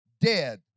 dead